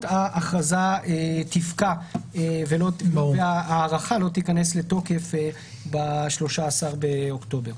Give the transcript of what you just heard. ההכרזה תפקע וההארכה לא תיכנס לתוקף ב-13 באוקטובר.